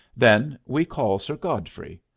then we call sir godfrey.